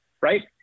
right